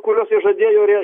kuriuos jie žadėjo ir jie